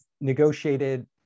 negotiated